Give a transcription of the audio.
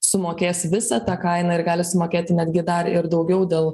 sumokės visą tą kainą ir gali sumokėti netgi dar ir daugiau dėl